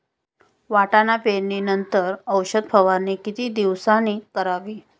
वाटाणा पेरणी नंतर औषध फवारणी किती दिवसांनी करावी?